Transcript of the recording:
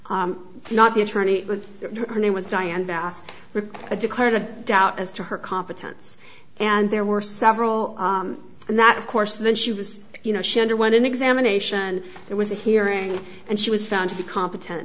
not the attorney with her name was diane bass rig a declarative doubt as to her competence and there were several and that of course then she was you know she underwent an examination it was a hearing and she was found to be competent